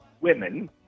women